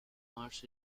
mars